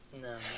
No